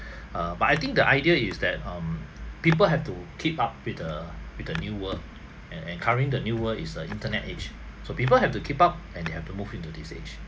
err but I think the idea is that um people have to keep up with the with the new world and and current the new world is a internet age so people have to keep up and they have to move into this age